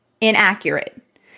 inaccurate